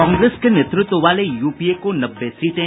कांग्रेस के नेतृत्व वाले यूपीए को नब्बे सीटें